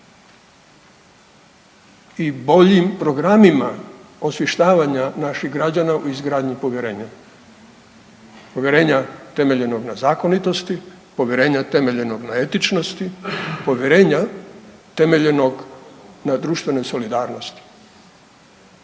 I boljim programima osvještavanja naših građana u izgradnji povjerenja, povjerenja temeljenog na zakonitosti, povjerenja temeljenog na etičnosti, povjerenja temeljenog na društvenoj solidarnosti.